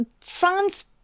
France